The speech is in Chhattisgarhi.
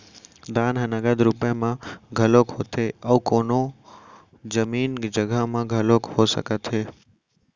दान ह नगद रुप म घलोक होथे अउ कोनो जमीन जघा म घलोक हो सकत हे